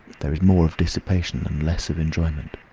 there is more of dissipation, and less of enjoyment.